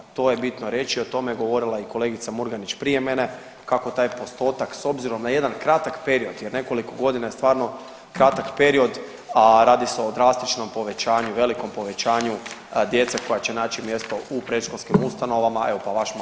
To je bitno reći, o tome je govorila i kolegica Murganić prije mene, kako taj postotak, s obzirom na jedan kratak period jer nekoliko godina je stvarno kratak period, a radi se o drastičnom povećanju, velikom povećanju djece koja će naći mjesto u predškolskim ustanovama, evo, pa vaš mali komentar.